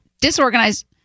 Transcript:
disorganized